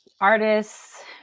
artists